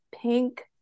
pink